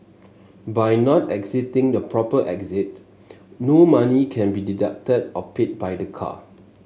by not exiting the proper exit no money can be deducted or paid by the car